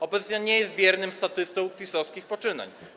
Opozycja nie jest biernym statystą PiS-owskich poczynań.